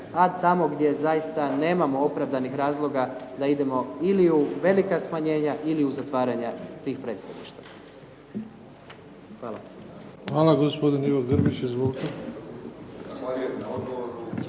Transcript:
a tamo gdje nemamo opravdanih razloga da idemo ili u velika smanjenja ili u zatvaranja tih predstavništava. Hvala. **Bebić, Luka